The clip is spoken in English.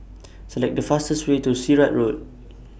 Select The fastest Way to Sirat Road